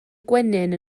gwenyn